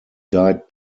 died